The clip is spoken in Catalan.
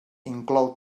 inclou